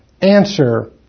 Answer